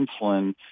insulin